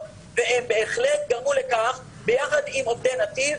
והם בהחלט גרמו לכך ביחד עם עובדי נתיב,